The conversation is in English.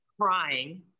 crying